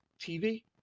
TV